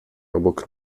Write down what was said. obok